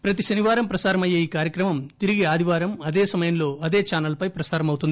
ప్రతి శనివారం ప్రసారమయ్యే ఈ కార్యక్రమం తిరిగి ఆదివారం అదే సమయంలో అదే చానల్ పై ప్రసారం అవుతుంది